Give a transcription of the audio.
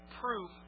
proof